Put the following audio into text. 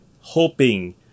hoping